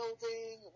building